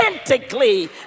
authentically